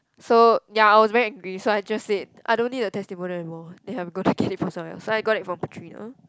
so ya I was very angry so I just said I don't need your testimonial anymore that I'm gonna get it from someone else so I got it from Patrina